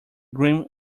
grin